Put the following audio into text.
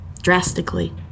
drastically